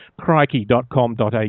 crikey.com.au